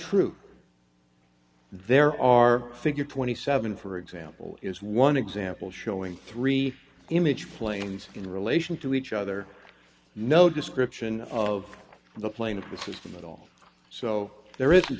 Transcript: true there are figure twenty seven dollars for example is one example showing three image planes in relation to each other no description of the plane of the system at all so there is